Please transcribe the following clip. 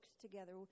together